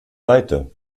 seite